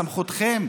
בסמכותכם,